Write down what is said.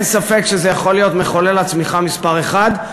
אין ספק שזה יכול להיות מחולל הצמיחה מספר אחת.